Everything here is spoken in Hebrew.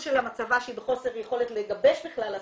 של המצב שלה שהיא בחוסר יכולת לגבש הסכמה,